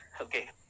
okay